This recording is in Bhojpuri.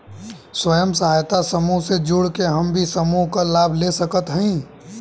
स्वयं सहायता समूह से जुड़ के हम भी समूह क लाभ ले सकत हई?